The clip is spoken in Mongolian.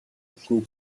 эхний